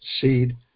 seed